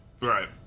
Right